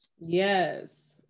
yes